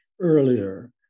earlier